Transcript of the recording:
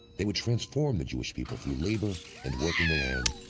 they would transform the jewish people through labor, and working the land.